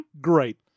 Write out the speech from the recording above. Great